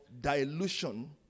dilution